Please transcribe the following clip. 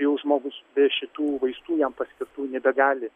kai jau žmogus be šitų vaistų jam paskirtų nebegali